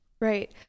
right